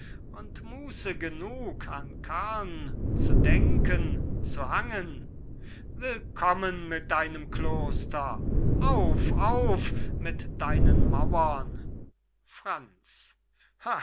und musse genug an karln zu denken zu hangen willkommen mit deinem kloster auf auf mit deinen mauren franz